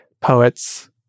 poets